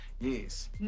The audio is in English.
Yes